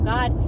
God